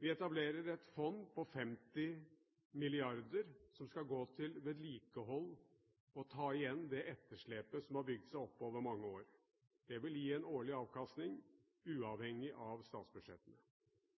Vi etablerer et fond på 50 mrd. kr som skal gå til vedlikehold og ta igjen det etterslepet som har bygd seg opp over mange år. Det vil gi en årlig avkastning uavhengig av statsbudsjettene.